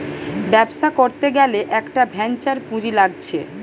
ব্যবসা করতে গ্যালে একটা ভেঞ্চার পুঁজি লাগছে